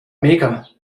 mega